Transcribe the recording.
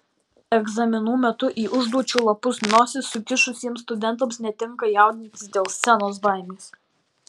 egzaminų metu į užduočių lapus nosis sukišusiems studentams netenka jaudintis dėl scenos baimės